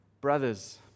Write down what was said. brothers